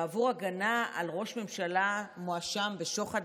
עבור הגנה על ראש ממשלה שמואשם בשוחד,